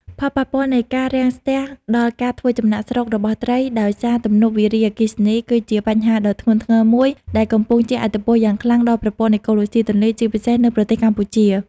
ផលប៉ពាល់នៃការរាំងស្ទះដល់ការធ្វើចំណាកស្រុករបស់ត្រីដោយសារទំនប់វារីអគ្គិសនី គឺជាបញ្ហាដ៏ធ្ងន់ធ្ងរមួយដែលកំពុងជះឥទ្ធិពលយ៉ាងខ្លាំងដល់ប្រព័ន្ធអេកូឡូស៊ីទន្លេ ជាពិសេសនៅប្រទេសកម្ពុជា។